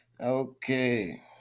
Okay